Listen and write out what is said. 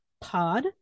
pod